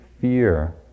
fear